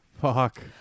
Fuck